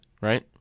Right